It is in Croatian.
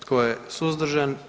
Tko je suzdržan?